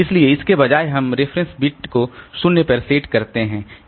इसलिए इसके बजाय हम इस रेफरेंस बिट को 0 पर सेट करते हैं